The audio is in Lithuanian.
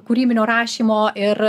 kūrybinio rašymo ir